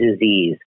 disease